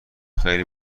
خیلی